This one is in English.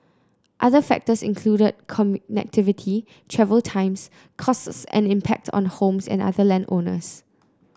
other factors include connectivity travel times costs and impact on homes and other land owners